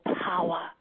power